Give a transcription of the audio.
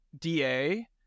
DA